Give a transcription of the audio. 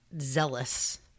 zealous